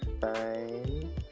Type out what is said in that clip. fine